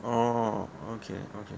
oh okay okay